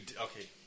okay